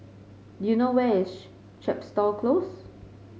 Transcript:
do you know where is Chepstow Close